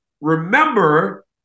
remember